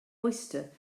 oyster